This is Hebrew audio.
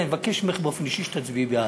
אני מבקש ממך באופן אישי שתצביעי בעד.